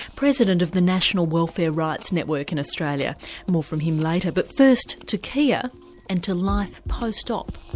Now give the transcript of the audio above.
president of the national welfare rights network in australia more from him later but first to kia and to life post-op.